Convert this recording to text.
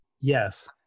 yes